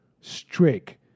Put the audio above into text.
strict